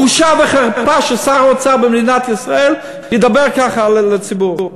בושה וחרפה ששר האוצר במדינת ישראל ידבר ככה על הציבור.